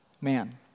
man